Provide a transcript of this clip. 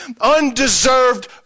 undeserved